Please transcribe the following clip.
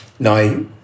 Now